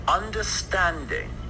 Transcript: understanding